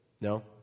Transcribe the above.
no